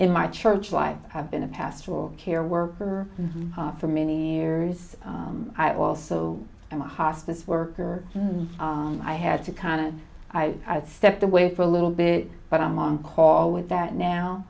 in my church life have been a pastoral care worker for many years i also am a hospice worker so i had to kind of i stepped away for a little bit but i'm on call with that now